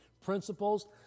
principles